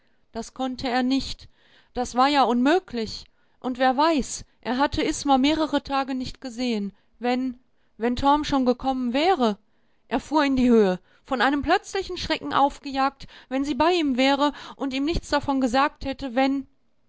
das konnte er nicht das war ja unmöglich und wer weiß er hatte isma mehrere tage nicht gesehen wenn wenn torm schon gekommen wäre er fuhr in die höhe von einem plötzlichen schrecken aufgejagt wenn sie bei ihm wäre und ihm nichts davon gesagt hätte wenn